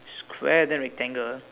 square then rectangle